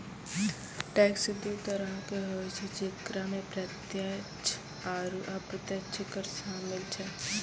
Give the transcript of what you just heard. tax दु तरहो के होय छै जेकरा मे प्रत्यक्ष आरू अप्रत्यक्ष कर शामिल छै